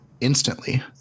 instantly